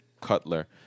Cutler